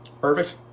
Perfect